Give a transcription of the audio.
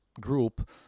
group